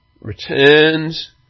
Returns